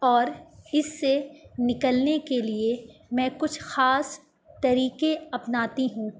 اور اس سے نکلنے کے لیے میں کچھ خاص طریقے اپناتی ہوں